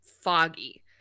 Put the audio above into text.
foggy